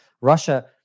Russia